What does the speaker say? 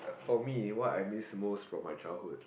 for me what I miss most from my childhood